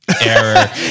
error